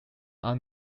are